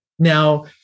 Now